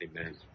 Amen